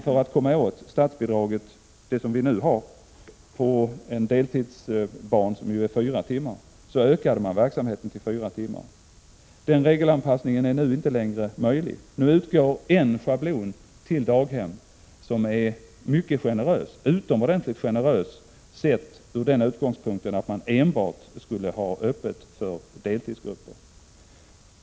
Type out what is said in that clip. För att komma åt statsbidraget, där kravet på vistelsetid är fyra timmar, ökade man verksamheten till fyra timmar. Denna regelanpassning är inte längre möjlig. Nu utgår ett schablonbelopp till daghem som är utomordentligt generöst med tanke på att man bara skulle ha öppet för deltidsgrupper.